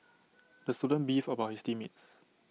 the student beefed about his team mates